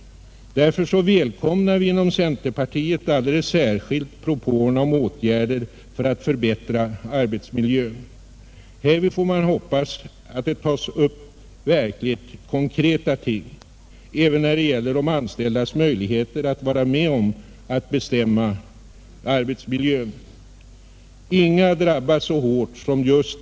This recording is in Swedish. Därför välkomnar vi inom centerpartiet alldeles särskilt propåerna om åtgärder för att förbättra arbetsmiljön. Härvid får man hoppas att verkligt konkreta ting tas upp, även när det gäller de anställdas möjligheter att vara med om att bestämma sin arbetsmiljö.